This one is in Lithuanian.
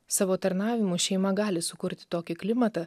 savo tarnavimu šeima gali sukurti tokį klimatą